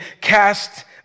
cast